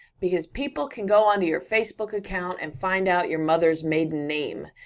because people can go onto your facebook account and find out your mother's maiden name,